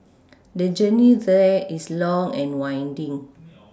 the journey there is long and winding